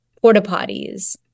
porta-potties